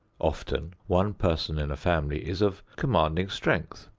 often one person in a family is of commanding strength,